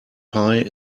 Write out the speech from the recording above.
pie